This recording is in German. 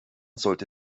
sollte